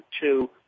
two